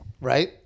right